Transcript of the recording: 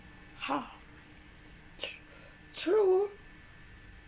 !huh! thr~ true